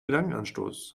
gedankenanstoß